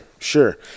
sure